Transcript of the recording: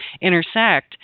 intersect